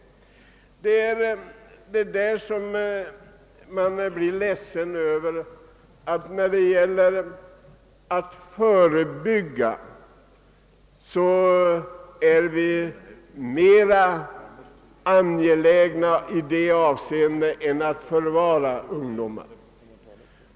Det ledsamma är att vi tycks vara mindre angelägna att förebygga sjukdomar hos de unga än att förvara dem som drabbas.